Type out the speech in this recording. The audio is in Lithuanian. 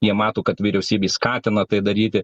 jie mato kad vyriausybė skatina tai daryti